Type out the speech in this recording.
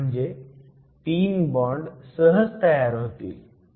म्हणजे 3 बॉण्ड सहज तयार होतील